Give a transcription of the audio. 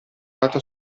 dato